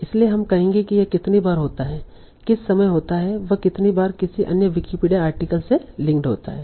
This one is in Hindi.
इसलिए हम कहेंगे कि यह कितनी बार होता है किस समय होता है वह कितनी बार किसी अन्य विकिपीडिया आर्टिकल से लिंक्ड होता है